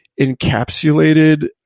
encapsulated